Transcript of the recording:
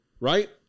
right